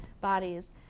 bodies